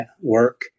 work